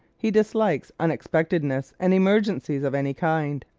he dislikes unexpectedness and emergencies of any kind.